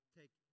take